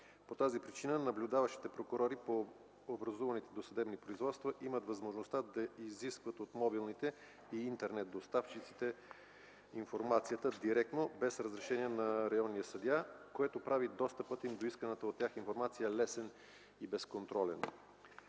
По тази причина наблюдаващите прокурори по образуваните досъдебни производства имат възможността да изискват от мобилните и интернет доставчиците информацията директно, без разрешение от районния съдия, което прави достъпът им до исканата от тях информация лесен и безконтролен.